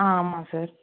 ஆ ஆமாம் சார்